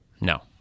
no